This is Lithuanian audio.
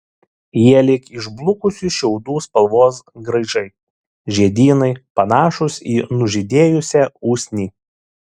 jie lyg išblukusių šiaudų spalvos graižai žiedynai panašūs į nužydėjusią usnį